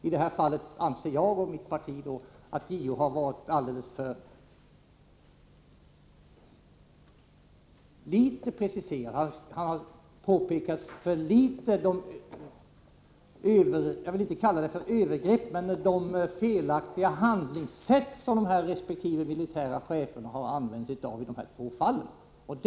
I det här fallet anser jag och mitt parti att JO har varit alldeles för litet preciserad, för litet har påpekat de felaktiga handlingssätt — jag vill inte kalla det för övergrepp — som resp. militära chefer har tillämpat vid de här två tillfällena.